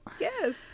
Yes